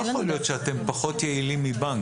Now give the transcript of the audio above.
לא יכול להיות שאתם פחות יעילים מבנק.